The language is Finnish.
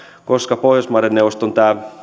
koska pohjoismaiden neuvoston